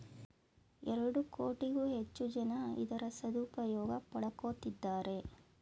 ಎರಡು ಕೋಟಿಗೂ ಹೆಚ್ಚು ಜನ ಇದರ ಸದುಪಯೋಗ ಪಡಕೊತ್ತಿದ್ದಾರೆ